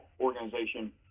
organization